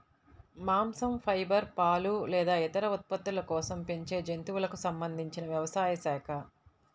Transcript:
మాంసం, ఫైబర్, పాలు లేదా ఇతర ఉత్పత్తుల కోసం పెంచే జంతువులకు సంబంధించిన వ్యవసాయ శాఖ